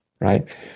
Right